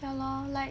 ya lor like